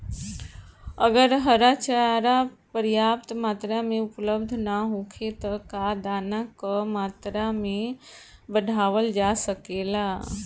अगर हरा चारा पर्याप्त मात्रा में उपलब्ध ना होखे त का दाना क मात्रा बढ़ावल जा सकेला?